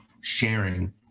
sharing